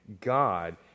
God